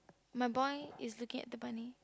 my boy is looking at the bunny